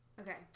Okay